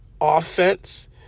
offense